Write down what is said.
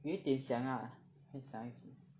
有点想 lah 回想一点